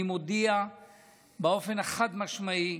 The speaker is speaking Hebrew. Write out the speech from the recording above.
אני מודיע באופן חד-משמעי: